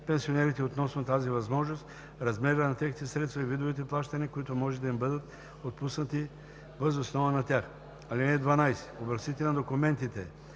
пенсионерите относно тази възможност, размера на техните средства и видовете плащания, които може да им бъдат отпуснати въз основа на тях. (12) Образците на документите